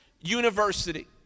University